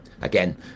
again